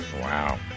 wow